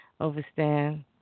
Overstand